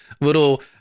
little